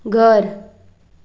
घर